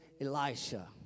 Elisha